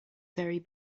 very